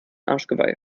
arschgeweih